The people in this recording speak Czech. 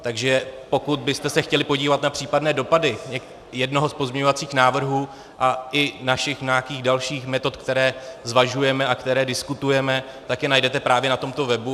Takže pokud byste se chtěli podívat na případné dopady jednoho z pozměňovacích návrhů a i nějakých našich dalších metod, které zvažujeme a které diskutujeme, tak je najdete právě na tomto webu.